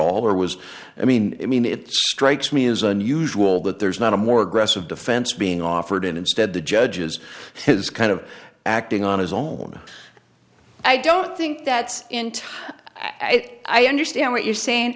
all or was i mean i mean it strikes me as unusual that there's not a more aggressive defense being offered and instead the judge's has kind of acting on his own i don't think that's into it i understand what you're saying